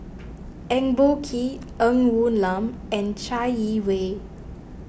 Eng Boh Kee Ng Woon Lam and Chai Yee Wei